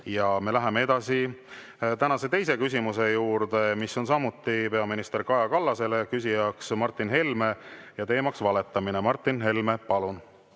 palun! Läheme tänase teise küsimuse juurde, mis on samuti peaminister Kaja Kallasele, küsija on Martin Helme ja teema on valetamine. Martin Helme, palun!